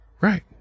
Right